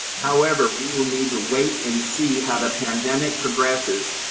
however, we will need to wait and see how the pandemic progresses,